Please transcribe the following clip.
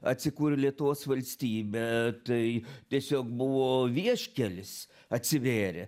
atsikūrė lietuvos valstybė tai tiesiog buvo vieškelis atsivėrė